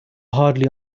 hardly